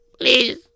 Please